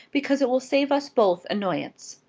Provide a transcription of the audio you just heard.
because it will save us both annoyance.